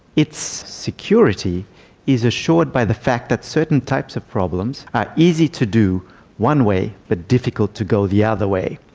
its security is assured by the fact that certain types of problems are easy to do one way but difficult to go the other way.